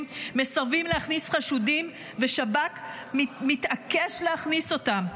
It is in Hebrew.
מסרבים להכניס חשודים ושב"כ מתעקש להכניס אותם.